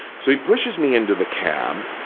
so, he pushes me into the cab,